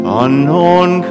unknown